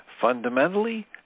fundamentally